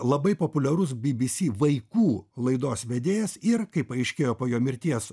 labai populiarus bybysy vaikų laidos vedėjas ir kaip paaiškėjo po jo mirties